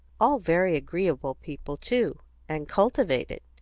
all very agreeable people, too and cultivated.